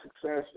success